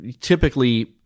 typically